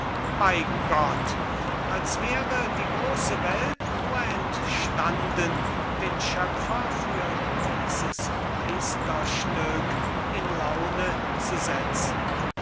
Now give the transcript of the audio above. bei gott als wäre die große welt nur entstanden den schöpfer für dieses meisterstück in laune zu setzen